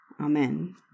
Amen